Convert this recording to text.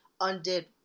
undid